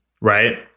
right